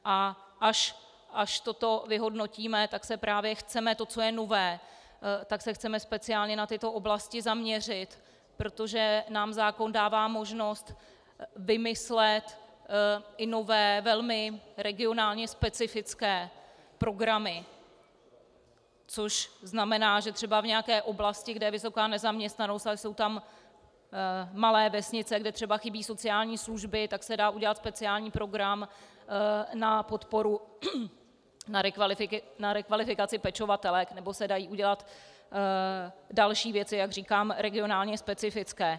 A až toto vyhodnotíme, tak se právě chceme, to, co je nové, tak se chceme speciálně na tyto oblasti zaměřit, protože nám zákon dává možnost vymyslet i nové, velmi regionálně specifické programy, což znamená, že třeba v nějaké oblasti, kde je vysoká nezaměstnanost, ale jsou tam malé vesnice, kde třeba chybí sociální služby, tak se dá udělat speciální program na podporu na rekvalifikaci pečovatelek, nebo se dají udělat další věci, jak říkám, regionálně specifické.